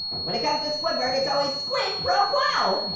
when it comes to squidward, it's always squid pro quo.